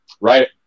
right